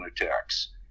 attacks